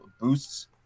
boosts